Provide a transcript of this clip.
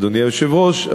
אדוני היושב-ראש,